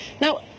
Now